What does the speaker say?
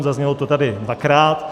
Zaznělo to tady dvakrát.